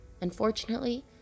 Unfortunately